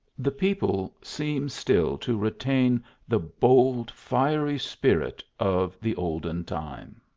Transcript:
the people seem still to retain the bold fiery spirit of the olden time.